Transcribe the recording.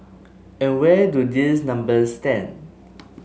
and where do these numbers stand